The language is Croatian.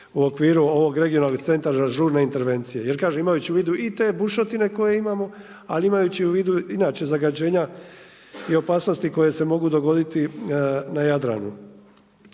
u okviru ovog regionalnog centara žurne intervencije. Jer kažem imajući u vidu i te bušotine koje imamo, ali imajući u vidu inače zagađenja i opasnosti koje se mogu dogoditi na Jadranu.